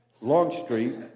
Longstreet